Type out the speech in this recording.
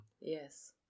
Yes